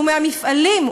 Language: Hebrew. זה מהמפעלים,